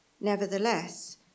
Nevertheless